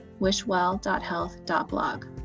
wishwell.health.blog